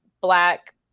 black